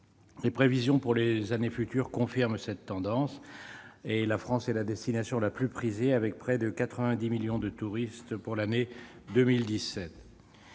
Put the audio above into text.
Les prévisions pour les années futures confirment cette tendance. La France est la destination la plus prisée, avec près de 90 millions de touristes pour l'année 2017.